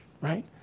right